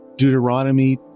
Deuteronomy